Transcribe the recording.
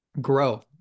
grow